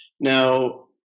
Now